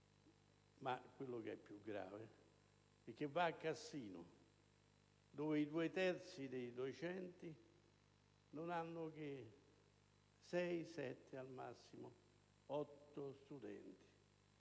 Ma quel che è più grave è che a Cassino, dove va, i due terzi dei docenti non hanno che sei, sette, al massimo otto studenti.